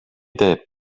depp